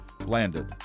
landed